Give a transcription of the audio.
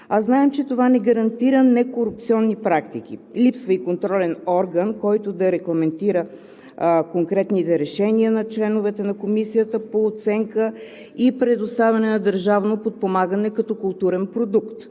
а знаем, че това не гарантира некорупционни практики. Липсва и контролен орган, който да регламентира конкретните решения на членовете на Комисията по оценка на проекти и предоставяне на държавно подпомагане като културен продукт.